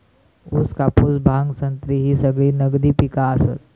ऊस, कापूस, भांग, संत्री ही सगळी नगदी पिका आसत